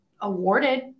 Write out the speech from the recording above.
awarded